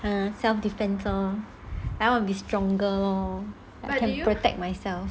!huh! self defence lor I want to be stronger lor can protect myself